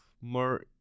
more